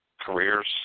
careers